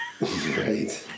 Right